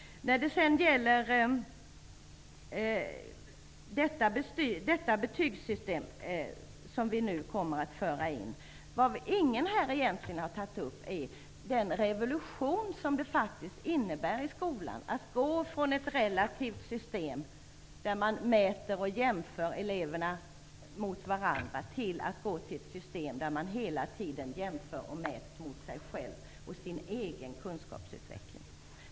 När det sedan gäller det betygssystem som nu kommer att införas har ingen här tagit upp den revolution det innebär i skolan att gå från ett relativt system där man mäter och jämför eleverna mot varandra till ett system där man hela tiden jämförs och mäts mot sig själv och sin egen kunskapsutveckling.